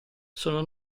sono